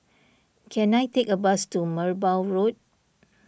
can I take a bus to Merbau Road